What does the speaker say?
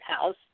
house